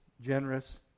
generous